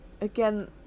again